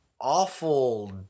awful